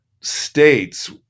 states